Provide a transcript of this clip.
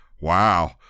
wow